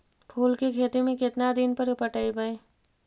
फूल के खेती में केतना दिन पर पटइबै?